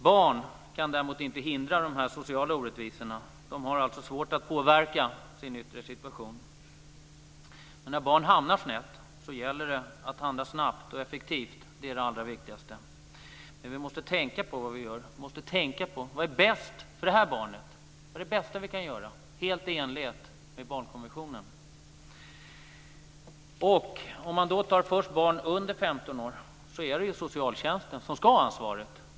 Barn kan däremot inte hindra de sociala orättvisorna. De har alltså svårt att påverka sin yttre situation. Men när barn hamnar snett gäller det att handla snabbt och effektivt. Det är det allra viktigaste. Men vi måste tänka på vad vi gör. Vi måste tänka på vad som är bäst för det enskilda barnet, vad som är det bästa vi kan göra, helt i enlighet med barnkonventionen. När det gäller barn under 15 år är det socialtjänsten som ska ha ansvaret.